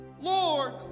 Lord